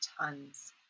tons